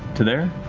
to there?